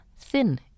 thin